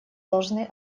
должны